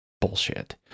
Bullshit